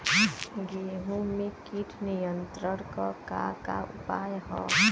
गेहूँ में कीट नियंत्रण क का का उपाय ह?